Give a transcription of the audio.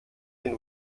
den